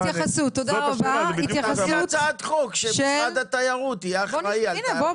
אז תביא הצעת חוק שמשרד התיירות יהיה אחראי על תיירות יוצאת.